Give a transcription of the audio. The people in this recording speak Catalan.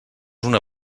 una